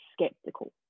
skeptical